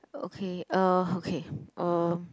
okay uh okay uh